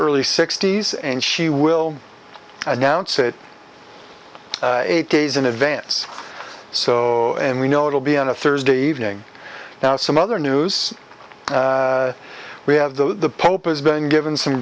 early sixty's and she will announce it eight days in advance so and we know it will be on a thursday evening now some other news we have though the pope has been given some